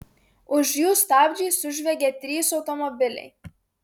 už jų stabdžiais sužviegė trys automobiliai